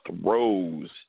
throws